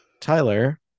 Tyler